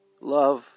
Love